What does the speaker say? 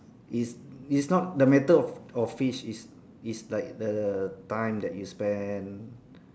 it's it's not the matter of of fish it's like the time that you spend